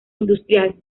industrial